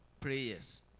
prayers